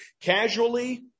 casually